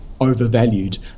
overvalued